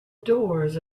doors